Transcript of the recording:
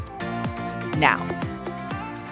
Now